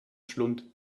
schlund